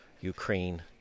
Ukraine